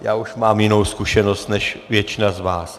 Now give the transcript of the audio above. Já už mám jinou zkušenost než většina z vás.